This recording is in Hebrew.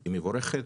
היא מבורכת.